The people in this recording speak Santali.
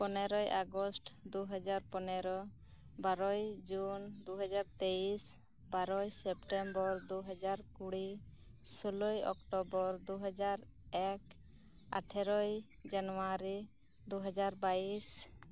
ᱯᱚᱱᱮᱨᱳᱭ ᱟᱜᱚᱥᱴ ᱫᱩᱦᱟᱡᱟᱨ ᱯᱚᱱᱮᱨᱚ ᱵᱟᱨᱳᱭ ᱡᱩᱱ ᱫᱩᱦᱟᱡᱟᱨ ᱛᱮᱭᱮᱥ ᱵᱟᱨᱳᱭ ᱥᱮᱯᱴᱮᱢᱵᱚᱨ ᱫᱩᱦᱟᱡᱟᱨ ᱠᱩᱲᱤ ᱥᱳᱞᱳᱭ ᱚᱠᱛᱚᱵᱚᱨ ᱫᱩᱦᱟᱡᱟᱨ ᱮᱠ ᱟᱴᱷᱮᱨᱳᱭ ᱡᱟᱱᱩᱭᱟᱨᱤ ᱫᱩᱦᱟᱡᱟᱨ ᱵᱟᱭᱤᱥ